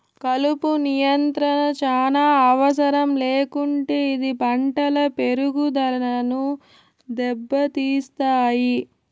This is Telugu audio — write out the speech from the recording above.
కలుపు నియంత్రణ చానా అవసరం లేకుంటే ఇది పంటల పెరుగుదనను దెబ్బతీస్తాయి